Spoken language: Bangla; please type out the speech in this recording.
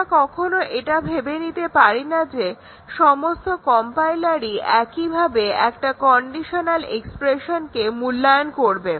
আমরা কখনো এটা ভেবে নিতে পারিনা যে সমস্ত কম্পাইলারই একইভাবে একটা কন্ডিশনাল এক্সপ্রেশনকে মূল্যায়ন করবে